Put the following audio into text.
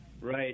Right